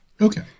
okay